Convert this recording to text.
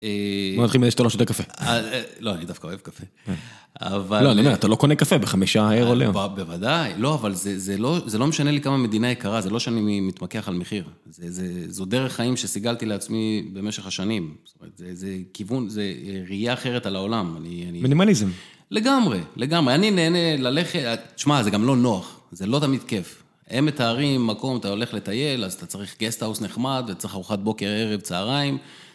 בוא נתחיל מדי שאתה לא שותה קפה. -לא, אני דווקא אוהב קפה. אבל... -לא, אני אומר, אתה לא קונה קפה בחמישה אירו ליום. -בוודאי. לא, אבל זה, זה לא, לא משנה לי כמה המדינה יקרה, זה לא שאני מתמקח על מחיר. זו דרך חיים שסיגלתי לעצמי במשך השנים. זאת אומרת, זה כיוון, זה ראייה אחרת על העולם. -מינימליזם. -לגמרי, לגמרי. אני נהנה ללכת... תשמע, זה גם לא נוח, זה לא תמיד כיף. הם מתארים מקום, אתה הולך לטייל, אז אתה צריך גסטהאוס נחמד, וצריך ארוחת בוקר, ערב, צוהריים.